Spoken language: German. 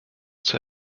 zur